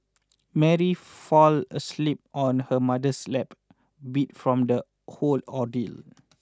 Mary fell asleep on her mother's lap beat from the whole ordeal